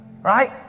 Right